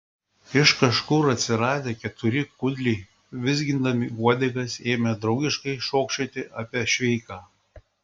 iš kažkur atsiradę keturi kudliai vizgindami uodegas ėmė draugiškai šokčioti apie šveiką